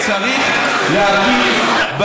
אתה בטוח, צריך להכיר במציאות.